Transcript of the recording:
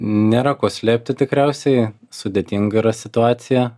nėra ko slėpti tikriausiai sudėtinga yra situacija